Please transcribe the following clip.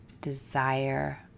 desire